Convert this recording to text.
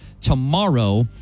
tomorrow